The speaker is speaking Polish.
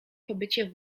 pobycie